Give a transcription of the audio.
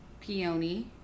peony